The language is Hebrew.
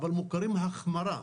אבל מוכרים החמרה,